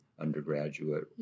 undergraduate